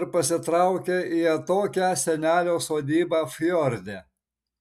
ir pasitraukė į atokią senelio sodybą fjorde